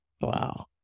wow